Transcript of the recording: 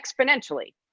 exponentially